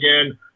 again